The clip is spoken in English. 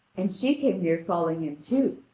and she came near falling in too,